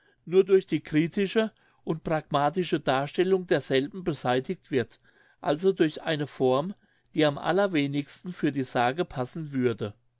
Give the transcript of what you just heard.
nur durch die kritische und pragmatische darstellung derselben beseitigt wird also durch eine form die am allerwenigsten für die sage passen würde